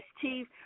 Chief